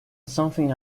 something